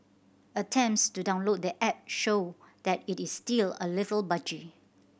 attempts to download the app show that it is still a little buggy